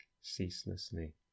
ceaselessly